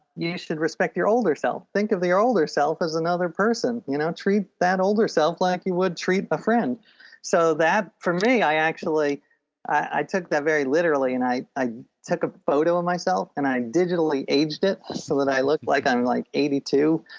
you you should respect your older self. think of the older self as another person you know treat that older self like you would treat a friend so that for me i actually i took that very literally and i i took a photo of myself and i digitally aged it ah so that i look like i'm like eighty two.